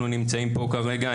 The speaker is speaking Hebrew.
אנחנו נמצאים פה כרגע.